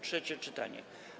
Trzecie czytanie.